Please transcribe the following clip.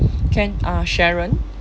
can uh sharon